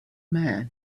man